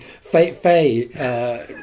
Faye